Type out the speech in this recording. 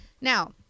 Now